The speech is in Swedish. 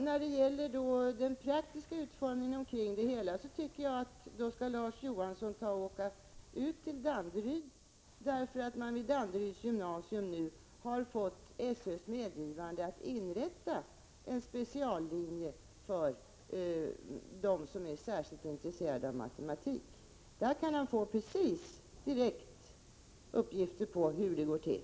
När det gäller den praktiska utformningen kring det hela tycker jag att Larz Johansson skall åka ut till Danderyd, därför att man vid Danderyds gymnasium nu har fått SÖ:s medgivande att inrätta en speciallinje för dem som är särskilt intresserade av matematik. Där kan Larz Johansson direkt få uppgifter om hur det går till.